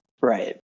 Right